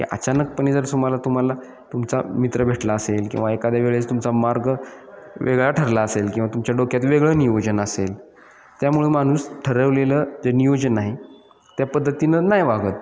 हे अचानकपणे जर तुम्हाला तुम्हाला तुमचा मित्र भेटला असेल किंवा एखाद्या वेळेस तुमचा मार्ग वेगळा ठरला असेल किंवा तुमच्या डोक्यात वेगळं नियोजन असेल त्यामुळे माणूस ठरवलेलं जे नियोजन आहे त्या पद्धतीनं नाही वागत